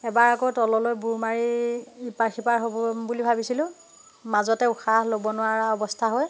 এবাৰ আকৌ তললৈ বুৰ মাৰি ইপাৰ সিপাৰ হ'ম বুলি ভাবিছিলো মাজতে উশাহ ল'ব নোৱাৰা অৱস্থা হৈ